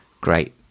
great